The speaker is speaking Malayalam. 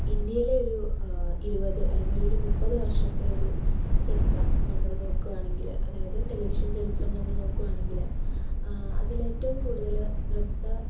ഇന്ത്യയിലെ ഒരു ഇരുപത് അല്ലെങ്കിലൊരു മുപ്പത് വർഷത്തെ ഒരു ചരിത്രം നമ്മൾ നോക്കുകയാണെങ്കിൽ അതായത് ടെലിവിഷൻ ചരിത്രം നമ്മൾ നോക്കുകയാണെങ്കിൽ അതിലേറ്റവും കൂടുതൽ നൃത്ത